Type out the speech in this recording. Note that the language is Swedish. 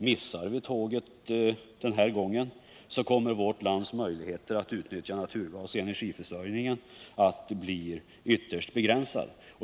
Missar vi tåget den här gången kommer vårt lands möjligheter att utnyttja naturgas i energiförsörjningen att bli ytterst begränsade.